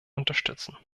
unterstützen